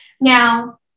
Now